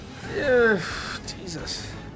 Jesus